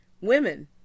women